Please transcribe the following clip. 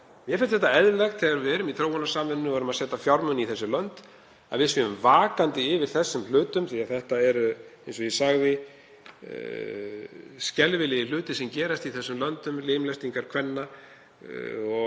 Mér finnst eðlilegt, þegar við erum í þróunarsamvinnu og erum að setja fjármuni í þessi lönd, að við séum vakandi yfir slíkum hlutum því að það eru, eins og ég sagði, skelfilegir hlutir sem gerast í þessum löndum, limlestingar kvenna og